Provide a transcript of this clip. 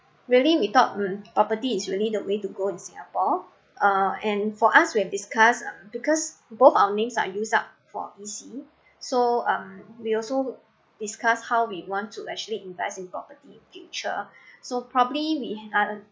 really we thought mm property is really the way to go in singapore uh and for us we have discussed because both our names are used up for E_C so um we also discussed how we want to actually invest in property in future so probably we are